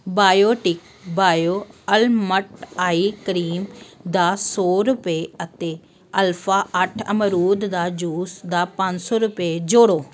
Biotique bio almond eye cream ਦਾ ਸੌ ਰੁਪਏ ਅਤੇ ਅਲਫ਼ਾ ਅੱਠ ਅਮਰੂਦ ਦਾ ਜੂਸ ਦਾ ਪੰਜ ਸੌ ਰੁਪਏ ਜੋੜੋ